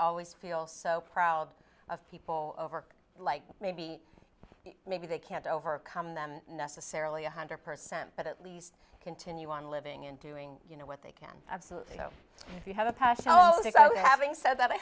always feel so proud of people overcome like maybe maybe they can't overcome them necessarily one hundred percent but at least continue on living and doing you know what they can absolutely do if you have a passion oh god having said that i